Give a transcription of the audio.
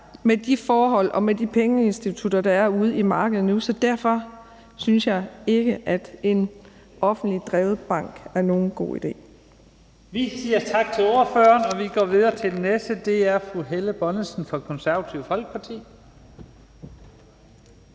under de forhold og med de pengeinstitutter, der er ude i markedet nu, så derfor synes jeg ikke, at en offentligt drevet bank er nogen god idé. Kl. 20:32 Første næstformand (Leif Lahn Jensen): Tak til ordføreren, og vi går videre til den næste. Det er fru Helle Bonnesen fra Det Konservative Folkeparti.